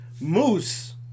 Moose